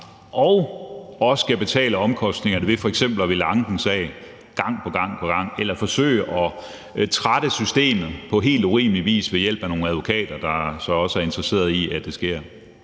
og også skal betale omkostningerne ved f.eks. at ville anke en sag gang på gang eller forsøger at trætte systemet på helt urimelig vis ved hjælp af nogle advokater, der så også er interesseret i, at det sker.